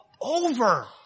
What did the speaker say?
over